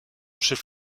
chef